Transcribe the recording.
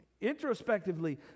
introspectively